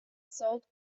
sold